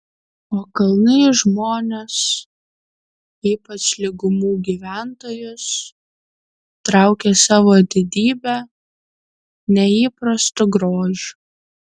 o kalnai žmones ypač lygumų gyventojus traukia savo didybe neįprastu grožiu